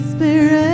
Spirit